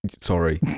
sorry